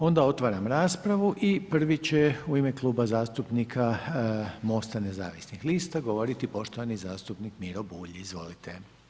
Onda otvaram raspravu i prvi će u ime Kluba zastupnika MOST-a nezavisnih lista govoriti poštovani zastupnik Miro Bulj, izvolite.